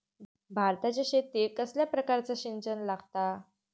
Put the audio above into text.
भाताच्या शेतीक कसल्या प्रकारचा सिंचन लागता?